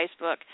Facebook